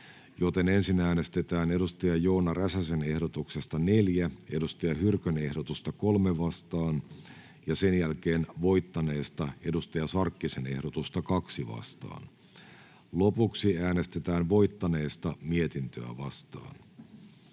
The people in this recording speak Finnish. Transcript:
asiaa. Ensin äänestetään Joona Räsäsen ehdotuksesta 4 Saara Hyrkön ehdotusta 3 vastaan, sen jälkeen voittaneesta Hanna Sarkkisen ehdotusta 2 vastaan. Lopuksi äänestetään voittaneesta mietintöä vastaan.